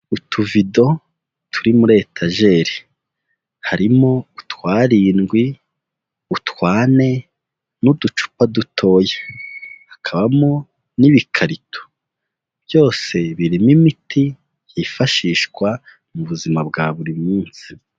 Utuvido turi muri etajeri, harimo utwarindwi, utwane, n'uducupa dutoya, hakabamo n'ibikarito, byose birimo imiti yifashishwa mu buzima bwa buri munsi.